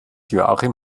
joachim